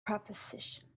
proposition